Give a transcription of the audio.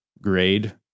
grade